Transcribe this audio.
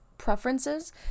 Preferences